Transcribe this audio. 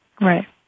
Right